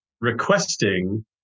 requesting